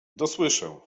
dosłyszę